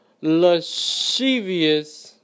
lascivious